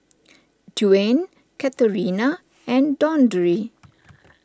Dwyane Katharina and Dondre